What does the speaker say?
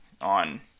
on